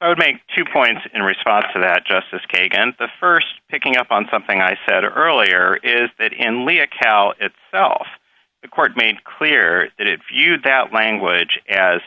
i would make two points in response to that justice kagan the st picking up on something i said earlier is that in lia cow itself the court made clear that if you that language as